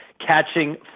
catching